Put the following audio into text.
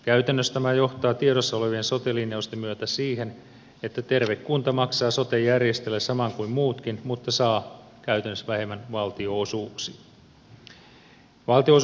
käytännössä tämä johtaa tiedossa olevien sote linjausten myötä siihen että terve kunta maksaa sote järjestäjille saman kuin muutkin mutta saa käytännössä vähemmän valtionosuuksia